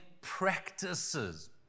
practices